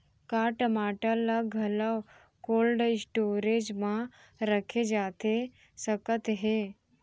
का टमाटर ला घलव कोल्ड स्टोरेज मा रखे जाथे सकत हे?